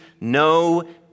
no